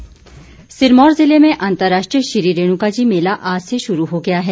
रेणुका मेला सिरमौर ज़िले में अंतर्राष्ट्रीय श्री रेणुकाजी मेला आज से शुरू हो गया है